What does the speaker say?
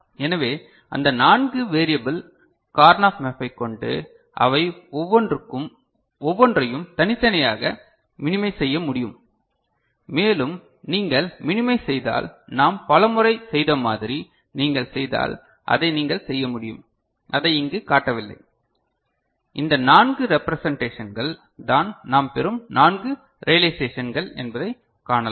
எனவே அந்த நான்கு வேரியபில் கார்னாக் மேப்பைக்கொண்டு அவை ஒவ்வொன்றையும் தனித்தனியாகக் மினிமைஸ் செய்ய முடியும் மேலும் நீங்கள் மினிமைஸ் செய்தால் நாம் பல முறை செய்த மாதிரி நீங்கள் செய்தால் அதை நீங்கள் செய்ய முடியும் அதை இங்கு காட்டவில்லை இந்த நான்கு ரேப்றேசெண்டேஷன்கள் தான் நாம் பெறும் நான்கு ரியளைசேஷன்கள் என்பதைக் காணலாம்